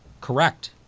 Correct